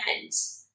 hands